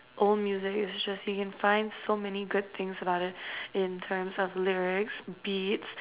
old music is just you can find so many good things about it in terms of lyrics beats